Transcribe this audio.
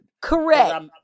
Correct